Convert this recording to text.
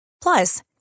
Plus